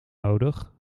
nodig